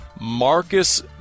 Marcus